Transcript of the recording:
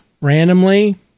randomly